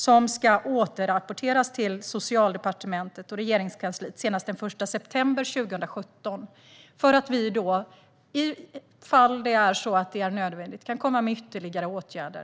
Det ska återrapporteras till Socialdepartementet och Regeringskansliet senast den 1 september 2017. Därefter kan vi i de fall där det är nödvändigt komma med ytterligare åtgärder.